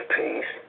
peace